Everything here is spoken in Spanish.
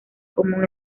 común